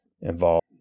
involved